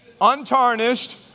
untarnished